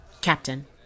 Captain